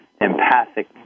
empathic